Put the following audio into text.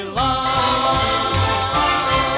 love